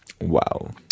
Wow